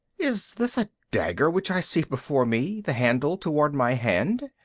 is this a dagger which i see before me, the handle toward my hand?